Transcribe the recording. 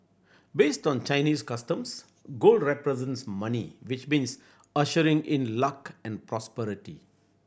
based on Chinese customs gold represents money which means ushering in luck and prosperity